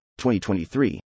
2023